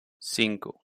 cinco